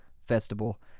festival